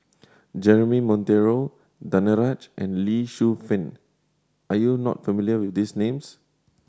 Jeremy Monteiro Danaraj and Lee Shu Fen are you not familiar with these names